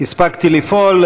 שהספקתי לפעול,